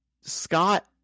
Scott